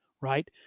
right